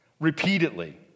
repeatedly